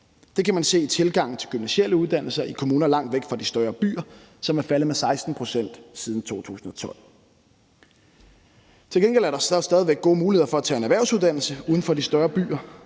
Det kan man se i tilgangen til de gymnasiale uddannelser i kommuner langt væk fra de større byer, som er faldet med 16 pct. siden 2012. Til gengæld er der stadig gode muligheder for at tage en erhvervsuddannelse uden for de større byer.